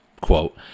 quote